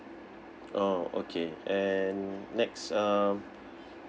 orh okay and next um